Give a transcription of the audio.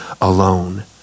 alone